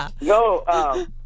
No